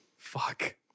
Fuck